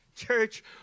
church